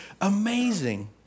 amazing